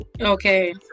Okay